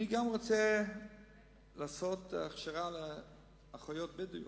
אני גם רוצה לעשות הכשרה לאחיות בדואיות.